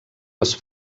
les